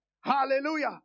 Hallelujah